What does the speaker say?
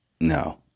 No